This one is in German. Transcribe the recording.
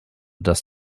das